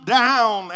down